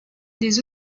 des